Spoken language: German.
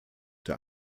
der